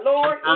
Lord